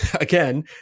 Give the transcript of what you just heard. again